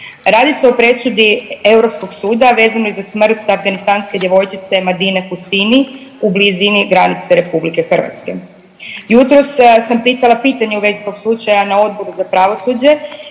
Radi se o presudi Europskog suda vezano je za smrt afganstanske djevojčice Madine Husini u blizini granice RH. Jutros sam pitala pitanje u vezi tog slučaja na Odboru za pravosuđe